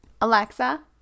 Alexa